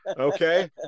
Okay